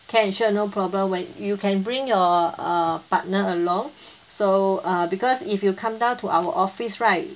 can sure no problem when you can bring your err partner along so err because if you come down to our office right